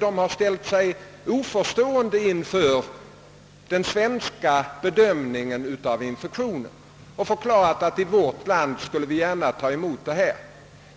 De ställde sig oförstående till den svenska bedömningen av infektionen.